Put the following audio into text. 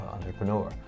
entrepreneur